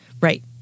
Right